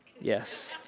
Yes